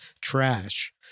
trash